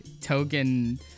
token